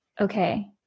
okay